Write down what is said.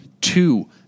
two